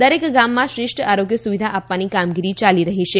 દરેક ગામમાં શ્રેષ્ઠ આરોગ્ય સુવિધા આપવાની કામગીરી યાલી રહી છે